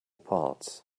parts